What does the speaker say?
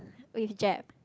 with Jap